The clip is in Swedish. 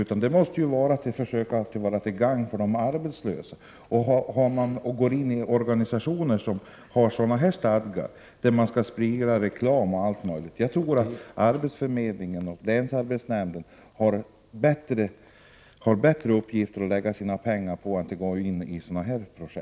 Myndigheterna måste ha inriktningen att vara till gagn för de arbetslösa. Jag tror att arbetsförmedlingen och länsarbetsnämnden har bättre uppgifter att lägga sina pengar på än att gå in i organisationer med sådana här stadgar, som föreskriver att medlemmarna skall sprida reklam osv.